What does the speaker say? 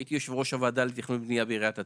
הייתי יושב ראש הוועדה לתכנון בניה בעיריית נתניה,